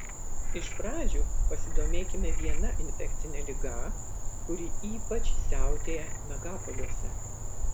iš pradžių pasidomėkime viena infekcine liga kuri ypač siautėja megapoliuose